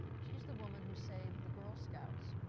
she's the woman who saved the girl scouts.